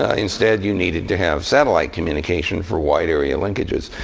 ah instead you needed to have satellite communication for wide area linkages.